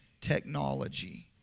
technology